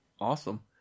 awesome